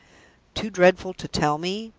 too dreadful to tell me?